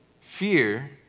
Fear